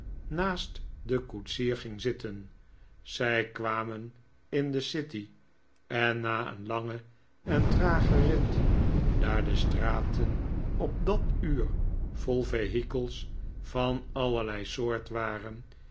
naast den koetsier ging zitten zij kwamen in de city en na een langen en tragen rit daar de straten op dat uur vol vehikels van allerlei soort waren